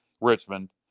Richmond